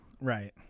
Right